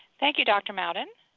thank you dr. mouden,